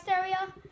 area